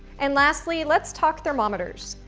and lastly, let's talk thermometers.